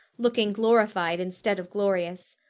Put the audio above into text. looking glorified instead of glorious.